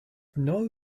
know